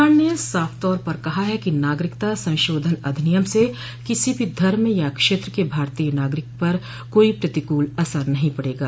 सरकार ने साफ तौर पर कहा है कि नागरिकता संशोधन अधिनियम से किसी भी धर्म या क्षेत्र के भारतीय नागरिक पर कोई प्रतिकूल असर नहीं पड़ेगा